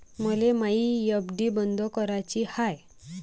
मले मायी एफ.डी बंद कराची हाय